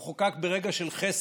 הוא חוקק ברגע של חסד